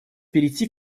перейти